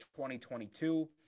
2022